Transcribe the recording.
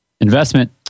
Investment